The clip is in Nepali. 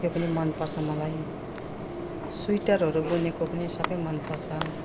त्यो पनि मनपर्छ मलाई स्विटरहरू बुनेको पनि सबै मनपर्छ